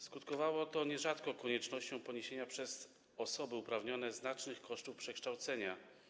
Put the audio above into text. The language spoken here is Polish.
Skutkowało to nierzadko koniecznością poniesienia przez osoby uprawnione znacznych kosztów przekształcenia.